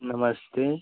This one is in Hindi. नमस्ते